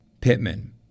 Pittman